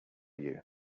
you